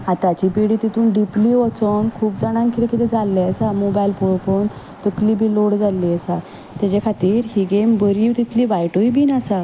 आतांची पिढी तितूंत डिपली वचोन खूब जाणांक कितें कितें जाल्लें आसा मोबायल पोवून पोवून तकली बी लोड जाल्ली आसा तेजे खातीर ही गेम बरी तितलीय वायटूय बीन आसा